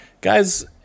guys